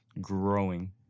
growing